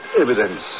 evidence